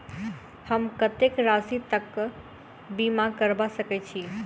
हम कत्तेक राशि तकक बीमा करबा सकै छी?